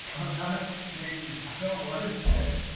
i'm not saying i don't want to say.